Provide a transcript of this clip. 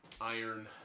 Iron